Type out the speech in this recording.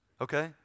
okay